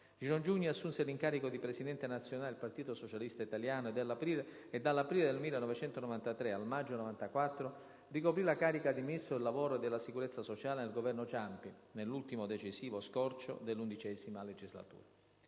Gino Giugni assunse l'incarico di presidente nazionale del Partito Socialista Italiano e dall'aprile del 1993 al maggio 1994 ricoprì la carica di Ministro del lavoro e della sicurezza sociale del Governo Ciampi, nell'ultimo, decisivo scorcio dell'XI legislatura.